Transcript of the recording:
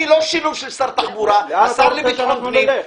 אני לא שילוב של שר התחבורה והשר לביטחון פנים.